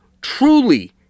truly